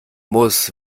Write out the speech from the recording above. muss